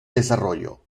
desarrollo